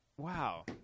Wow